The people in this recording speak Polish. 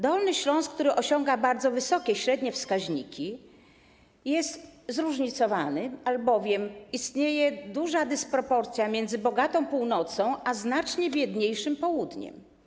Dolny Śląsk, który osiąga bardzo wysokie średnie wskaźniki, jest zróżnicowany, albowiem istnieje duża dysproporcja między bogatą północą a znacznie biedniejszym południem.